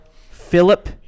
Philip